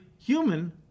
Human